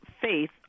faith